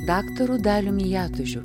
daktaru daliumi jatužiu